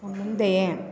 முந்தைய